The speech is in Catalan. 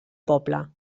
poble